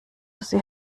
sie